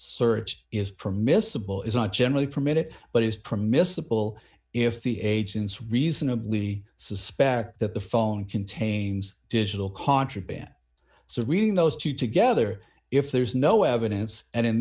search is permissible is not generally permitted but is permissible if the agents reasonably suspect that the phone contains digital contraband so reading those two together if there's no evidence and in